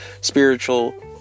spiritual